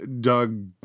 Doug